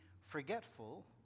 forgetful